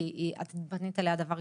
כי את פנית אליה דבר ראשון,